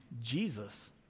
Jesus